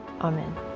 Amen